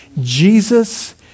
Jesus